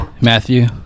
Matthew